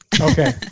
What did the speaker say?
Okay